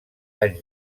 anys